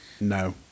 No